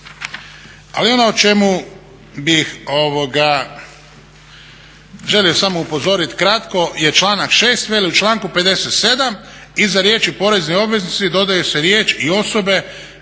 Ali ono o čemu bih želio samo upozoriti kratko je članak 6. veli: "U članku 57.iza riječi porezni obveznici dodaje se riječ i osobe